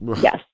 Yes